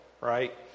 right